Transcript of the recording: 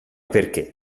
perché